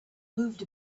moved